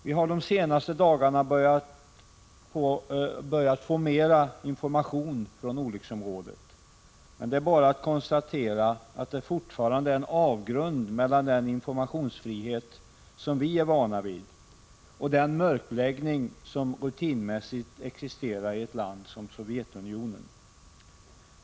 Vi har de senaste dagarna börjat få mera information från olycksområdet, men det är bara att konstatera att det fortfarande är en avgrund mellan den informationsfrihet som vi är vana vid och den mörkläggning som rutinmässigt existerar i ett land som Sovjetunionen.